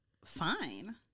Fine